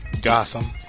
Gotham